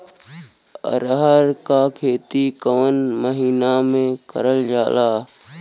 अरहर क खेती कवन महिना मे करल जाला?